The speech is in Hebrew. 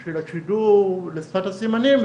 של השידור לשפת הסימנים,